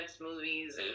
movies